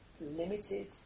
limited